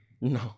No